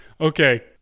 okay